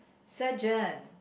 surgeon